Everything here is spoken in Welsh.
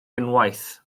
unwaith